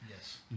Yes